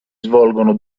svolgono